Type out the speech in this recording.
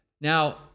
Now